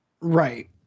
Right